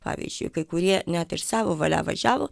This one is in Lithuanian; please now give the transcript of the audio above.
pavyzdžiui kai kurie net ir savo valia važiavo